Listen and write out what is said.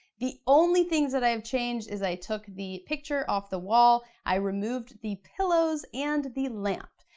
the only things that i have changed is i took the picture off the wall, i removed the pillows and the lamp.